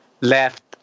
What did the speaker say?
left